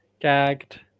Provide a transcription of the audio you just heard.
Gagged